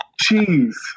Cheese